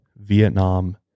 Vietnam